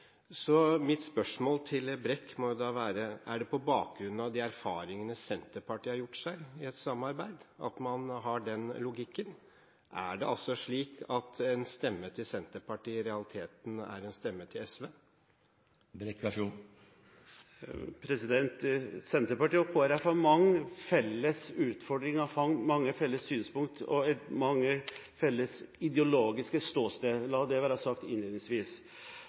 på bakgrunn av de erfaringene Senterpartiet har gjort seg med et samarbeid, at man har den logikken? Er det altså slik at en stemme til Senterpartiet i realiteten er en stemme til SV? Senterpartiet og Kristelig Folkeparti har mange felles utfordringer, mange felles synspunkter og mange felles ideologiske ståsteder. La det være sagt innledningsvis.